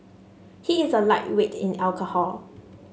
he is a lightweight in alcohol